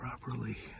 properly